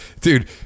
Dude